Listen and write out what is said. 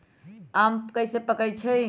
आम कईसे पकईछी?